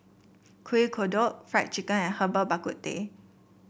Kuih Kodok Fried Chicken and Herbal Bak Ku Teh